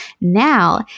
Now